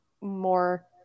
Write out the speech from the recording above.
More